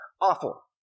awful